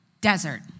desert